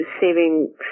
saving